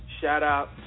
shout-out